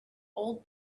old